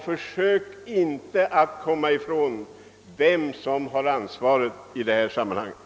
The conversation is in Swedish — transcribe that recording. Försök inte att komma ifrån ansvaret!